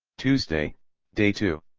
tuesday day two.